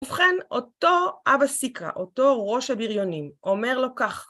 ובכן אותו אבא סיקרא, אותו ראש הביריונים, אומר לו כך